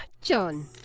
john